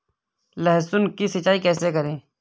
लहसुन की सिंचाई कैसे करें?